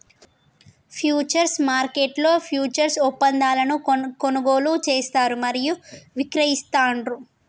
futures మార్కెట్లో futures ఒప్పందాలను కొనుగోలు చేస్తారు మరియు విక్రయిస్తాండ్రు